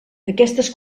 aquestes